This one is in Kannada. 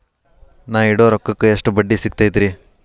ನಾ ಇಡೋ ರೊಕ್ಕಕ್ ಎಷ್ಟ ಬಡ್ಡಿ ಸಿಕ್ತೈತ್ರಿ?